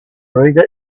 read